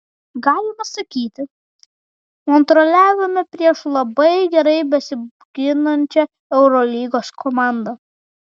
galima sakyti kontroliavome prieš labai gerai besiginančią eurolygos komandą